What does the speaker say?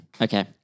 Okay